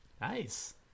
Nice